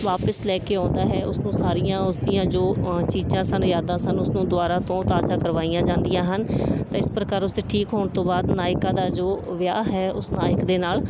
ਵਾਪਸ ਲੈ ਕੇ ਆਉਂਦਾ ਹੈ ਉਸ ਨੂੰ ਸਾਰੀਆਂ ਉਸ ਦੀਆਂ ਜੋ ਚੀਜ਼ਾਂ ਸਨ ਯਾਦਾਂ ਸਨ ਉਸ ਨੂੰ ਦੁਬਾਰਾ ਤੋਂ ਤਾਜ਼ਾ ਕਰਵਾਈਆਂ ਜਾਂਦੀਆਂ ਹਨ ਤਾਂ ਇਸ ਪ੍ਰਕਾਰ ਉਸ ਦੇ ਠੀਕ ਹੋਣ ਤੋਂ ਬਾਅਦ ਨਾਇਕਾ ਦਾ ਜੋ ਵਿਆਹ ਹੈ ਉਸ ਨਾਇਕ ਦੇ ਨਾਲ